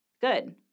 good